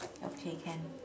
okay can